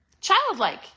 childlike